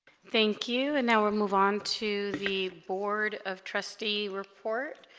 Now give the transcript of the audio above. thank you and now we'll move on to the board of trustee report